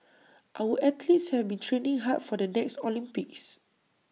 our athletes have been training hard for the next Olympics